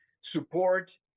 support